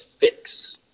fix